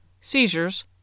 seizures